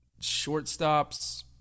shortstops